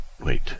wait